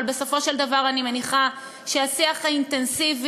אבל בסופו של דבר אני מניחה שהשיח האינטנסיבי